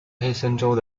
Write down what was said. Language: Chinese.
黑森州